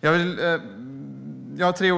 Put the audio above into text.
Jag har tre